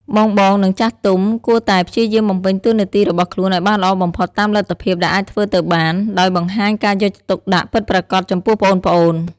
បងៗ និងចាស់ទុំគួរតែព្យាយាមបំពេញតួនាទីរបស់ខ្លួនឱ្យបានល្អបំផុតតាមលទ្ធភាពដែលអាចធ្វើទៅបាន ដោយបង្ហាញការយកចិត្តទុកដាក់ពិតប្រាកដចំពោះប្អូនៗ។